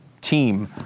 team